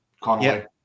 Conway